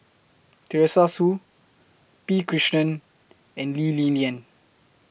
Teresa Hsu P Krishnan and Lee Li Lian